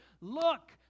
Look